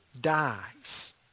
dies